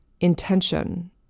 intention